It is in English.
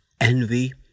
envy